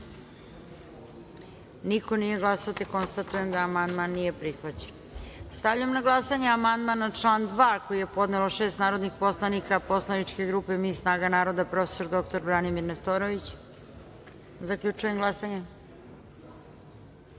niko nije glasao. Konstatujem da amandman nije prihvaćen. Stavljam na glasanje amandman na član 2. koji je podnelo šest narodnih poslanika poslaničke grupe Mi – Snaga naroda – prof. dr Branimir Nestorović. Zaključujem glasanje: